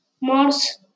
Mars